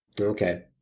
Okay